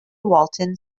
walton